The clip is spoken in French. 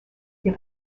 des